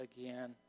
again